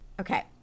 Okay